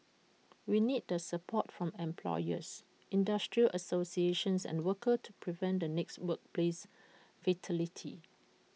we need the support from employers industry associations and workers to prevent the next workplace fatality